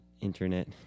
internet